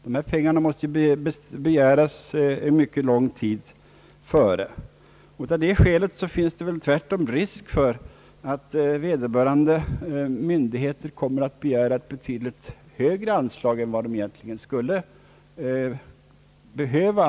Dessa pengar måste dessutom begäras så lång tid innan de skall användas att det finns risk för att vederbörande myndighet frestas att begära ett betydligt högre anslag än vad man egentligen skulle behöva.